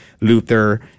Luther